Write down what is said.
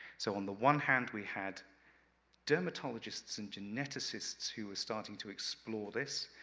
so on the one hand, we had dermatologists and geneticists who starting to explore this,